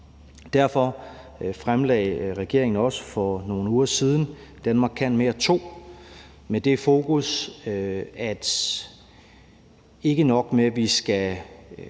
Derfor fremlagde regeringen også for nogle uger siden »Danmark kan mere II« med det fokus, at ikke nok